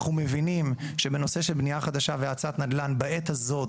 אנחנו מבינים שבנושא לש בנייה חדשה והאצת נדל"ן בעת הזו,